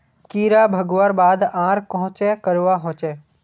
कीड़ा भगवार बाद आर कोहचे करवा होचए?